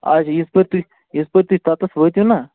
آچھا یِتھ پٲٹھۍ تُہۍ یِتھ پٲٹھۍ تُہۍ توٚتَتس وٲتِو نَہ